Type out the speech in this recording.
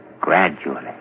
gradually